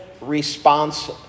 response